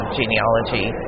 genealogy